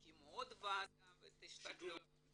הקימו עוד ועדה --- את מתכוונת שדולה.